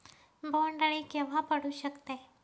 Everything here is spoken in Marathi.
बोंड अळी केव्हा पडू शकते?